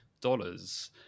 dollars